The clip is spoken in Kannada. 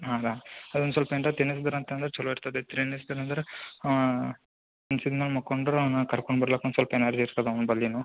ಹಂಗೆ ಅದೊಂದು ಸ್ವಲ್ಪ ಎಂತ ತಿನ್ನಿಸಿದ್ರಿ ಅಂತಂದರೆ ಛಲೋ ಇರ್ತದೆ ತಿನ್ನಿಸಿ ಅಂದರೆ ಅವ ಸುಮ್ಮನೆ ಮಕ್ಕೊಂಡರೆ ಅವನ್ನ ಕರ್ಕೊಂಡು ಬರ್ಲಾಕೆ ಒಂದು ಸ್ವಲ್ಪ ಎನರ್ಜಿ ಇರ್ತದೆ ಅವ್ನ ಬಳಿನು